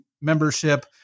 membership